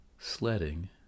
sledding